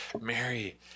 Mary